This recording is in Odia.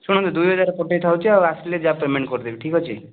ଶୁଣନ୍ତୁ ଦୁଇ ହଜାର ପଠେଇ ଥାଉଛି ଆଉ ଆସିଲେ ଯାହା ପେମେଣ୍ଟ୍ କରିଦେବି ଠିକ୍ ଅଛି